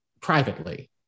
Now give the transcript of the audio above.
privately